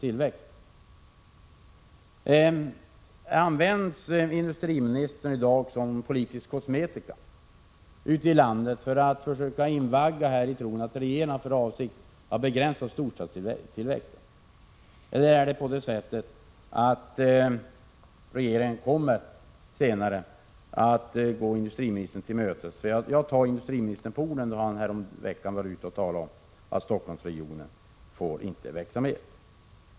1986/87:49 Används industriministern i dag som politisk kosmetika för att försöka 15 december 1986 invagga människorna ute i landet i tron att regeringen har för avsikt att z Om investeringsfonbegränsa storstadstillväxten? Eller är det på det sättet att regeringen senare gsf = Se Ka AE É Edna dernas betydelse för kommer att gå industriministern till mötes? Jag tar industriministern på NS få it näringslivet i storstadsorden, som, då han häromveckan var ute och talade, sade att Stockholmsre G regionerna gionen inte får växa mera.